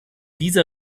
dieser